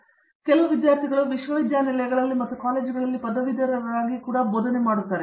ನಿರ್ಮಲ ಹಾಗಾಗಿ ಕೆಲವು ವಿದ್ಯಾರ್ಥಿಗಳು ವಿಶ್ವವಿದ್ಯಾನಿಲಯಗಳಲ್ಲಿ ಮತ್ತು ಕಾಲೇಜುಗಳಲ್ಲಿ ಪದವೀಧರರಾಗಿ ಕೂಡಾ ಬೋಧನೆ ಮಾಡುತ್ತಾರೆ